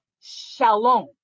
shalom